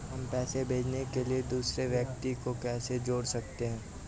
हम पैसे भेजने के लिए दूसरे व्यक्ति को कैसे जोड़ सकते हैं?